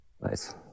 Nice